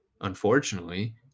unfortunately